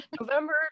November